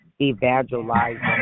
evangelizing